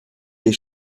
des